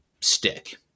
stick